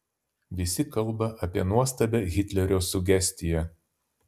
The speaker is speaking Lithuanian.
visi kalba apie nuostabią hitlerio sugestiją